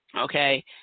okay